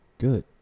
good